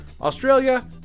Australia